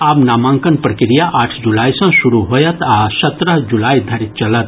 आब नामांकन प्रक्रिया आठ जुलाई सॅ शुरू होयत आ सत्रह जुलाई धरि चलत